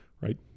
right